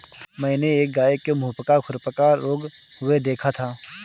मैंने एक गाय के मुहपका खुरपका रोग हुए देखा था